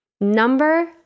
Number